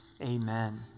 amen